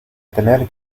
tener